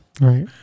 Right